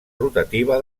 rotativa